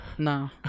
No